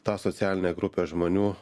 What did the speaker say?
tą socialinę grupę žmonių